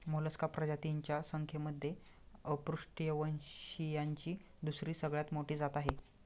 Mollusca प्रजातींच्या संख्येमध्ये अपृष्ठवंशीयांची दुसरी सगळ्यात मोठी जात आहे